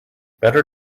better